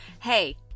Hey